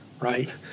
right